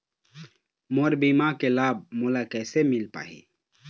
मोर बीमा के लाभ मोला कैसे मिल पाही?